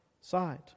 side